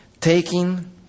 Taking